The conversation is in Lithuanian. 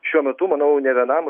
šiuo metu manau ne vienam